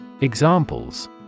Examples